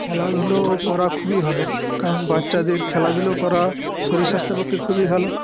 খেলাধুলো করা খুবই ভালো কারণ বাচ্চাদের খেলাধুলো করা শরীর স্বাস্থ্যের পক্ষে খুবই ভালো